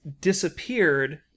disappeared